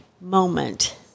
moment